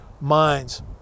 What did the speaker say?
minds